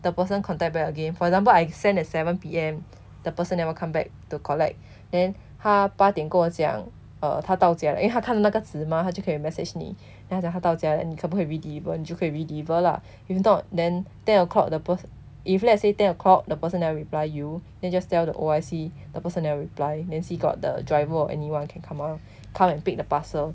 the person contact back again for example I send at seven P_M the person never come back to collect then 他八点跟我讲 uh 他到家了因为他看到那个纸:ta dao jia liaoyin wei ta kan dao na ge zhi mah 他就可以 message 你 then 他讲他到家了你可不可以 re-deliver 就可以 re-deliver lah if not then ten o'clock the person if let's say ten o'clock the person never reply you then just tell the O_I_C the person never reply then see got the driver or anyone can come on come and pick the parcel